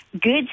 good